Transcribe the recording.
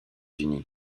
unis